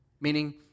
meaning